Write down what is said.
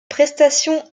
prestations